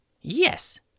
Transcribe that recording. Yes